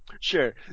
Sure